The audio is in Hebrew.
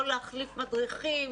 לא להחליף מדריכים,